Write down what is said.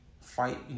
fight